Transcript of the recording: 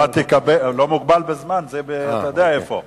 לא מוגבל בזמן זה אתה יודע איפה.